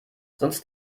sonst